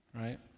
right